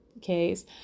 case